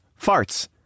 farts